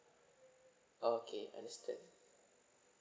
okay understand